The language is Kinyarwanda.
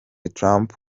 trump